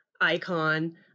icon